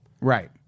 Right